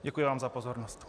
Děkuji vám za pozornost.